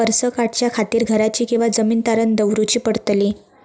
कर्ज काढच्या खातीर घराची किंवा जमीन तारण दवरूची पडतली?